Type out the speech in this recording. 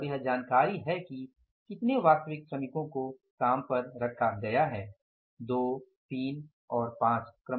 और यह जानकारी है कि कितने वास्तविक श्रमिकों को काम पर रखा गया है 2 3 और 5